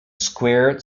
squared